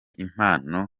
impano